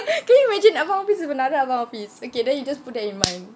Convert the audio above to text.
can you imagine abang hafiz with another abang hafiz okay then you just put that in mind